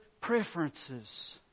preferences